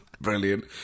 Brilliant